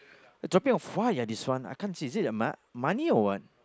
they dropping of why ah this one I can't see is it a map money or what